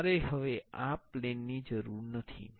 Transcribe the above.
મારે હવે આ પ્લેન ની જરૂર નથી